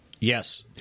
Yes